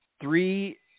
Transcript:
Three